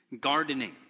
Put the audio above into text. Gardening